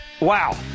Wow